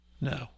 no